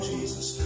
Jesus